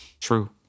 True